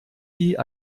die